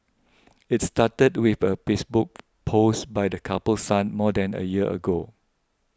it started with a Facebook post by the couple's son more than a year ago